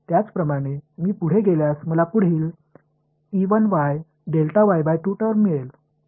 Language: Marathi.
त्याचप्रमाणे मी पुढे गेल्यास मला पुढील टर्म मिळेल